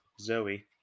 Zoe